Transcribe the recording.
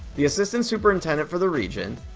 the assistant superintendent for the region,